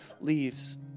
leaves